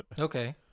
Okay